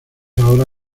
ahora